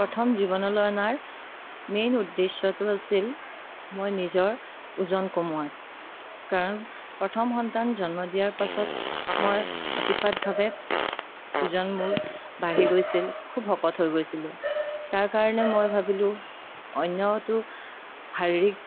প্ৰথম জীৱনলৈ অনাৰ মেইন উদ্দেশ্যটো আছিল মই নিজৰ ওজন কমোৱা কাৰণ প্ৰথম সন্তান জন্ম দিয়াৰ পাছত মই অতিপাতভাৱে ওজন মোৰ বাঢ়ি গৈছিল খুব শকত হৈ গৈছিলো তাৰকাৰণে মই ভাবিলো অন্যতো শাৰীৰিক